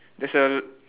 there's a